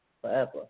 forever